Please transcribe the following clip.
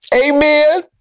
amen